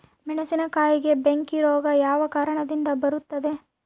ಮೆಣಸಿನಕಾಯಿಗೆ ಬೆಂಕಿ ರೋಗ ಯಾವ ಕಾರಣದಿಂದ ಬರುತ್ತದೆ?